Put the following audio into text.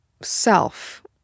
self